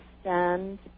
stand